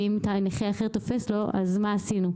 ואם נכה אחר תופס לו, אז מה עשינו?